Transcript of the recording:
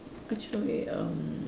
actually erm